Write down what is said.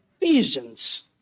Ephesians